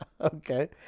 Okay